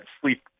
sleep